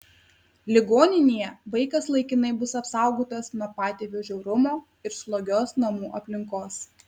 ligoninėje vaikas laikinai bus apsaugotas nuo patėvio žiaurumo ir slogios namų aplinkos